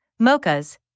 MOCAs